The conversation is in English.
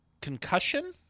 Concussion